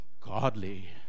godly